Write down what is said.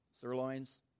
Sirloins